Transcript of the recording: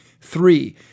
Three